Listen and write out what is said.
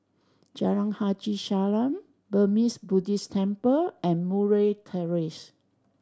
Jalan Haji Salam Burmese Buddhist Temple and Murray Terrace